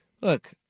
look